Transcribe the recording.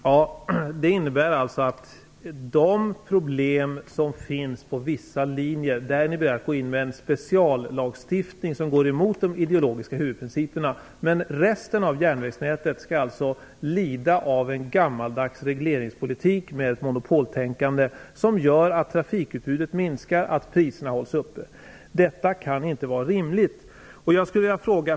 Herr talman! Det innebär alltså att ni för vissa linjer där det finns problem är beredda att gå in med en speciallagstiftning som går emot de ideologiska huvudprinciperna. Men resten av järnvägsnätet skall alltså lida av en gammaldags regleringspolitik med ett monopoltänkande, som gör att trafikutbudet minskar och priserna hålls uppe. Detta kan inte vara rimligt.